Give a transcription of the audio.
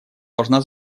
должна